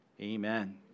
Amen